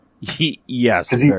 Yes